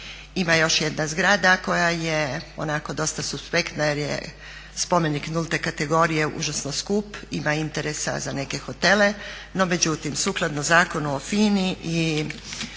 Ima još jedna zgrada koja je onako dosta suspektna jer je spomenik nulte kategorije užasno skup. Ima interesa za neke hotele, no međutim sukladno Zakonu o FINA-i